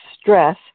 stress